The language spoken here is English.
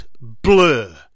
blur